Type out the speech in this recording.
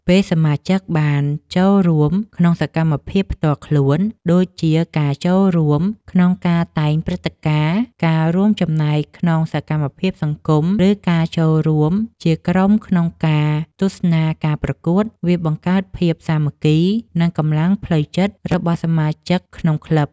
ពេលសមាជិកបានចូលរួមក្នុងសកម្មភាពផ្ទាល់ខ្លួន ដូចជា ការចូលរួមក្នុងការតែងព្រឹត្តិការណ៍ ការរួមចំណែកក្នុងសកម្មភាពសង្គម ឬការចូលរួមជាក្រុមក្នុងការទស្សនាការប្រកួត វាបង្កើតភាពសាមគ្គី និងកម្លាំងផ្លូវចិត្តរបស់សមាជិកក្នុងក្លឹប។